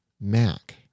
Mac